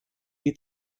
die